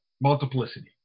multiplicity